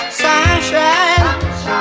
Sunshine